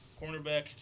Cornerback